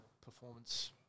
performance